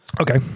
Okay